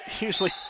Usually